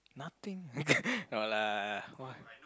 nothing no lah [wah]